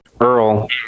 Earl